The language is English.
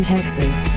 Texas